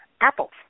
Apples